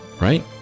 Right